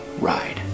ride